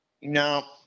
no